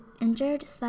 injured